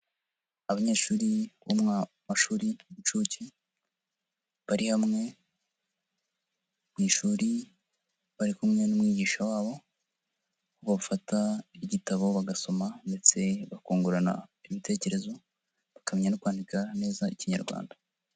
Abanyeshuri bo mu mashuri y'incuke bari hamwe ku ishuri bari kumwe n'umwigisha wabo bafata igitabo bagasoma ndetse bakungurana ibitekerezo bakamenya no kwandika neza ikinyarwanda.